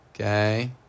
Okay